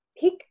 pick